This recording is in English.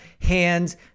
hands